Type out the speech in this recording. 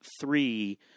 three